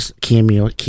cameo